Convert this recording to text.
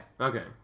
Okay